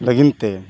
ᱞᱟᱹᱜᱤᱫ ᱛᱮ